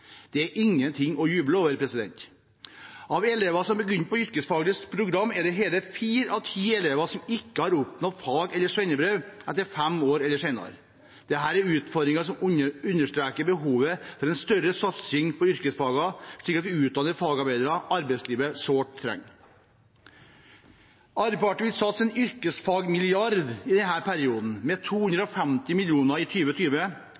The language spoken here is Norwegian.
Det er ingenting å juble over. Av elevene som begynner på yrkesfaglig program, er det hele fire av ti som ikke har oppnådd fag- eller svennebrev etter fem år eller senere. Dette er utfordringer som understreker behovet for en større satsing på yrkesfagene, slik at vi utdanner fagarbeidere arbeidslivet sårt trenger. Arbeiderpartiet vil satse en yrkesfagmilliard i denne perioden – med 250 mill. kr i